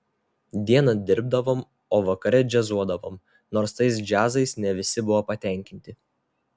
dieną dirbdavom o vakare džiazuodavom nors tais džiazais ne visi buvo patenkinti